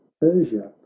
Persia